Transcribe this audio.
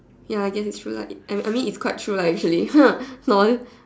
ya I guess it's true lah I I mean it's quite true lah actually lol